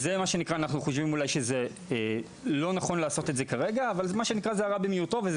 אנחנו חושבים שלא נכון לעשות את זה כרגע אבל זה הרע במיעוטו,